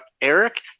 eric